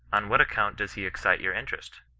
on what account does he excite your interest?